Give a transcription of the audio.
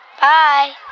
Bye